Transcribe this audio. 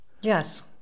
Yes